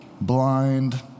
blind